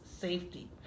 safety